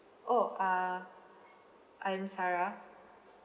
oh uh I'm sarah